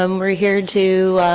um we're here to